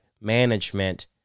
management